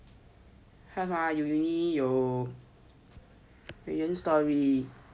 忙他的 uni 有